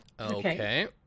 Okay